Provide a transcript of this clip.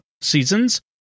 seasons